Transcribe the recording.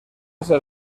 ser